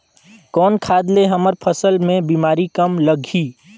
कौन खाद ले हमर फसल मे बीमारी कम लगही?